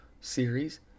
series